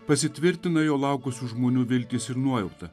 pasitvirtina jo laukusių žmonių viltys ir nuojauta